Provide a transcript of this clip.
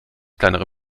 kleinere